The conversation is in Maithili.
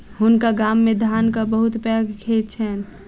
हुनका गाम मे धानक बहुत पैघ खेत छैन